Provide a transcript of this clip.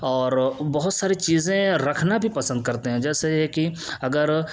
اور بہت ساری چیزیں رکھنا بھی پسند کرتے ہیں جیسے یہ کہ اگر